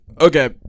Okay